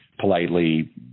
politely